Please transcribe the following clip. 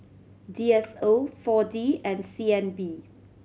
D S O Four D and C N B